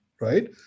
right